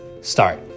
start